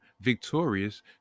victorious